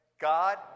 God